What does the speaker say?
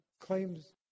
claims